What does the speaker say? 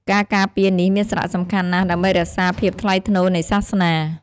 ការការពារនេះមានសារៈសំខាន់ណាស់ដើម្បីរក្សាភាពថ្លៃថ្នូរនៃសាសនា។